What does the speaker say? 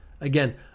again